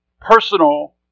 personal